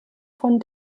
von